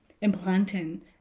implanting